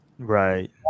Right